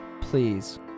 please